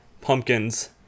pumpkins